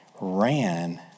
ran